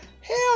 hell